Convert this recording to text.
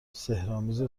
سحرآمیز